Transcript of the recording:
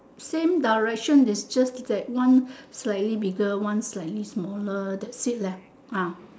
same direction is just that one slightly bigger one slightly smaller that's it leh ah